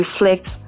reflect